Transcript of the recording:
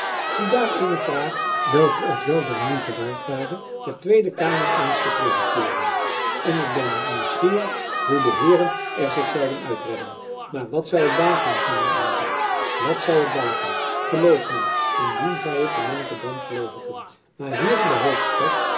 ziedaar eene vraag welke het wel der moeite waard ware der tweede kamer eens te presenteeren en ik ben nieuwsgierig hoe de heeren er zich zouden uitredden maar wat zou het baten van den aanzett wat zou het baten geloof mij indien gij het te monnickendam gelooven kunt maar hier in de hoofdstad